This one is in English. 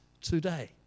today